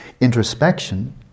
Introspection